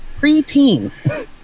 preteen